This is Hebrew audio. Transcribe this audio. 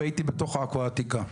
והייתי בתוך עכו העתיקה.